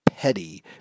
Petty